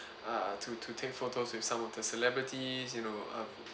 uh to to take photos with some of the celebrities you know uh